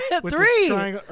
Three